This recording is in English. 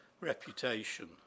reputation